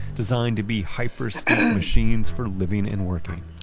designed to be hyper sleek machines for living and working.